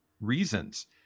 reasons